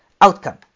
outcome